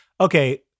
okay